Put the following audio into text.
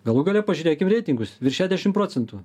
galų gale pažiūrėkim reitingus virš šešiasdešim procentų